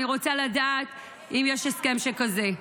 אני רוצה לדעת אם יש הסכם שכזה,